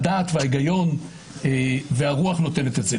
אלא משום שהדעת וההיגיון והרוח נותנת את זה.